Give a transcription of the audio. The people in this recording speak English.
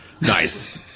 Nice